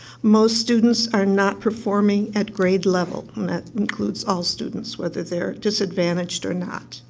most students are not performing at grade level, and that includes all students, whether they're disadvantaged or not.